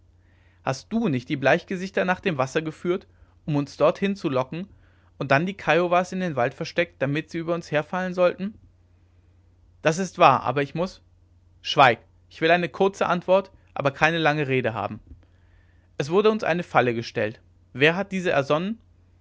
hast du nicht die bleichgesichter nach dem wasser geführt um uns dorthin zu locken und dann die kiowas in den wald versteckt damit sie über uns herfallen sollten das ist wahr aber ich muß schweig ich will eine kurze antwort aber keine lange rede haben es wurde uns eine falle gestellt wer hat diese ersonnen